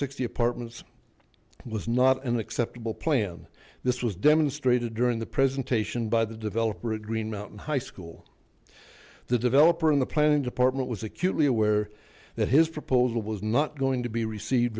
sixty apartments was not an acceptable plan this was demonstrated during the presentation by the developer at green mountain high school the developer in the planning department was acutely aware that his proposal was not going to be received